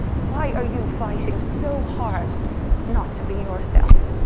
why are you fighting so hard not to be yourself?